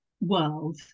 world